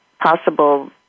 possible